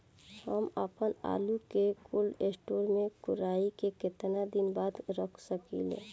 हम आपनआलू के कोल्ड स्टोरेज में कोराई के केतना दिन बाद रख साकिले?